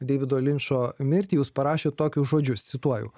deivido linčo mirtį jūs parašėt tokius žodžius cituoju